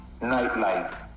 nightlife